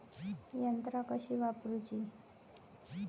यंत्रा कशी वापरूची?